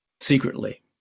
secretly